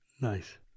nice